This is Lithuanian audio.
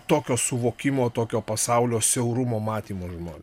tokio suvokimo tokio pasaulio siaurumo matymo žmones